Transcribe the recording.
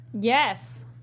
Yes